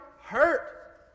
hurt